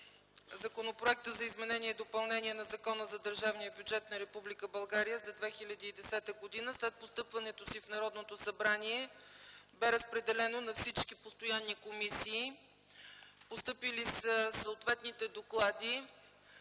Законопроектът за изменение и допълнение на Закона за държавния бюджет на Република България за 2010 г. след постъпването си в Народното събрание бе разпределен на всички постоянни комисии. Постъпили са съответните доклади.